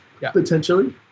potentially